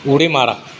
उडी मारा